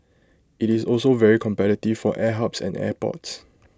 IT is also very competitive for air hubs and airports